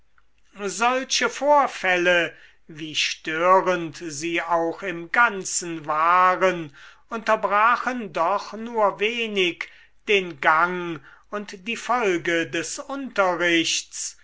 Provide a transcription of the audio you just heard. solche vorfälle wie störend sie auch im ganzen waren unterbrachen doch nur wenig den gang und die folge des unterrichts